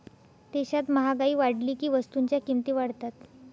देशात महागाई वाढली की वस्तूंच्या किमती वाढतात